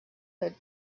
could